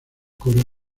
coro